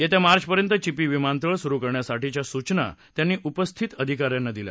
येत्या मार्च पर्यंत चिपी विमानतळ सुरू करण्यासाठीच्या सूचना त्यांनी उपस्थित अधिकाऱ्यांना दिल्या